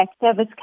service